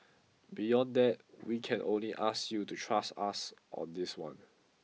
beyond that we can only ask you to trust us on this one